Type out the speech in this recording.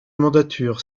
mandature